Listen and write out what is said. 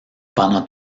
pendant